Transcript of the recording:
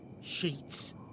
Sheets